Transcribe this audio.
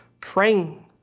Praying